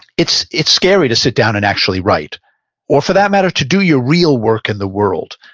it's it's scary to sit down and actually write or for that matter, to do your real work in the world,